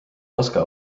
raske